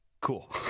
Cool